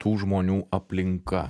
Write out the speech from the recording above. tų žmonių aplinka